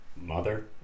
mother